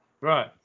Right